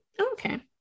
okay